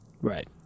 Right